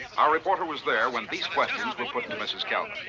our reporter was there when these questions were put to mrs. calvin.